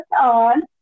on